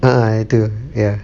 ah itu ya